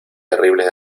terribles